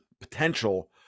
potential